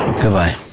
Goodbye